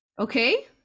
okay